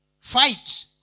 fight